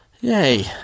yay